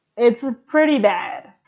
it's pretty bad.